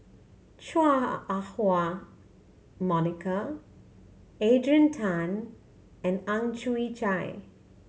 Chua Ah Huwa Monica Adrian Tan and Ang Chwee Chai